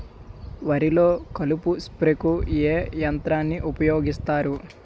వరిలో కలుపు స్ప్రేకు ఏ యంత్రాన్ని ఊపాయోగిస్తారు?